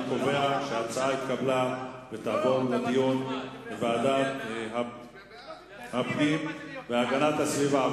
אני קובע שההצעה התקבלה ותעבור לדיון בוועדת הפנים והגנת הסביבה.